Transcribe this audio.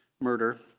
murder